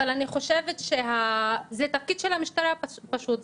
אבל אני חושבת שזה תפקיד של המשטרה, פשוט.